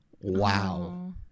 Wow